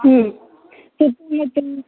ಹ್ಞೂ